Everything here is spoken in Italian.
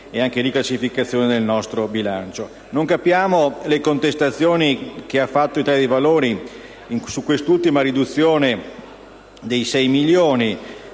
Non capiamo le contestazioni che ha fatto l'Italia dei Valori su quest'ultima riduzione di 6 milioni: